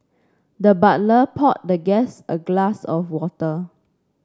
the butler poured the guest a glass of water